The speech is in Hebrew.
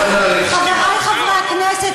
חברי חברי הכנסת,